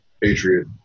Patriot